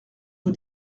rue